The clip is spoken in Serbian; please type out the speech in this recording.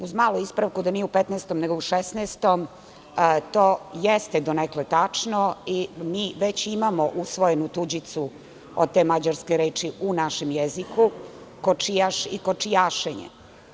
Uz malu ispravku da nije u 15-om, nego u 16-om, to jeste donekle tačno i mi već imamo usvojenu tuđicu od te mađarske reči u našem jeziku – kočijaš i kočijašenje.